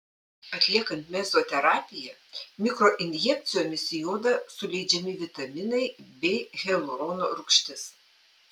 atliekant mezoterapiją mikroinjekcijomis į odą suleidžiami vitaminai bei hialurono rūgštis